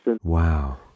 Wow